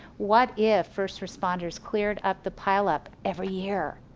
what if first reponders cleared up the pile-up every year.